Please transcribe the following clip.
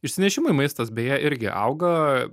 išsinešimui maistas beje irgi auga